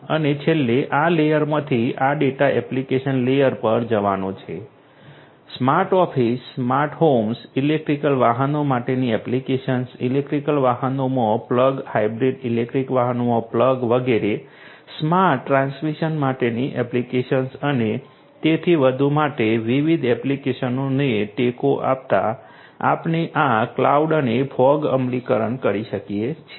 અને છેલ્લે આ લેયરમાંથી આ ડેટા એપ્લીકેશન લેયર પર જવાનો છે smart office smart homes electric વાહનો માટેની એપ્લિકેશન્સ ઇલેક્ટ્રિક વાહનોમાં પ્લગ હાઇબ્રિડ ઇલેક્ટ્રિક વાહનોમાં પ્લગ વગેરે સ્માર્ટ ટ્રાન્સમિશન માટેની એપ્લિકેશન્સ અને તેથી વધુ માટે વિવિધ એપ્લિકેશનોને ટેકો આપતા આપણે આ ક્લાઉડ અને ફોગ અમલીકરણ કરી શકીએ છીએ